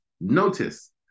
notice